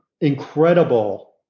incredible